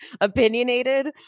opinionated